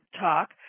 talk